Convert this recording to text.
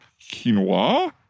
quinoa